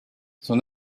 son